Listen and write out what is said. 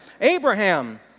Abraham